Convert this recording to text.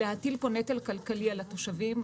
להטיל פה נטל כלכלי על התושבים,